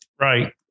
Right